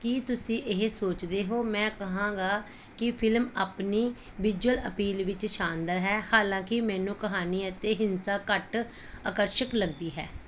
ਕੀ ਤੁਸੀਂ ਇਹ ਸੋਚਦੇ ਹੋ ਮੈਂ ਕਹਾਂਗਾ ਕਿ ਫਿਲਮ ਆਪਣੀ ਵਿਜ਼ੂਅਲ ਅਪੀਲ ਵਿੱਚ ਸ਼ਾਨਦਾਰ ਹੈ ਹਾਲਾਂਕਿ ਮੈਨੂੰ ਕਹਾਣੀ ਅਤੇ ਹਿੰਸਾ ਘੱਟ ਆਕਰਸ਼ਕ ਲੱਗਦੀ ਹੈ